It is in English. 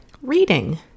reading